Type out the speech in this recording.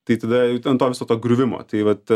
tai tada jau ten to viso to griuvimo tai vat